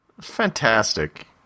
Fantastic